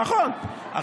נכון.